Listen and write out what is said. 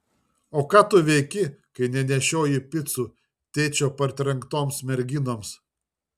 o ką tu veiki kai nenešioji picų tėčio partrenktoms merginoms